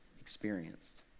experienced